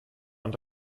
und